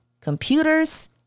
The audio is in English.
computers